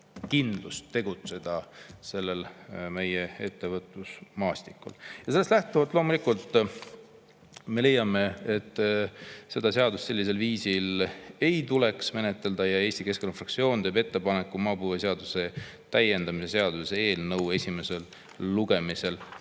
kindlust tegutseda meie ettevõtlusmaastikul. Ja sellest lähtuvalt, loomulikult, me leiame, et seda seadust sellisel viisil ei tuleks menetleda, ja Eesti Keskerakonna fraktsioon teeb ettepaneku maapõueseaduse täiendamise seaduse eelnõu esimesel lugemisel